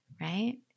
right